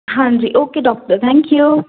ਹਾਂਜੀ okay doctor thank you